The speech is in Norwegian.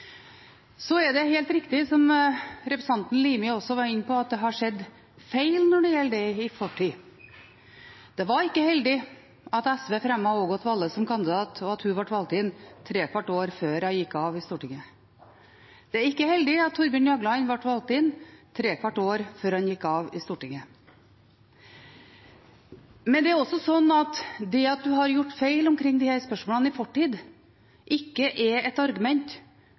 er helt riktig – som også representanten Limi var inne på – at det har skjedd feil når det gjelder dette, i fortid. Det var ikke heldig at SV fremmet Ågot Valle som kandidat, og at hun ble valgt inn trekvart år før hun gikk ut av Stortinget. Det var ikke heldig at Thorbjørn Jagland ble valgt inn trekvart år før han gikk ut av Stortinget. Men det at en har gjort feil i disse spørsmålene i fortid, er ikke et argument for at en skal gjøre den feilen nok en gang. Det er tvert imot et argument